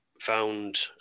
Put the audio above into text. found